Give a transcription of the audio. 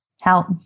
help